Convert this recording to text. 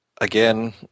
again